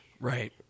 Right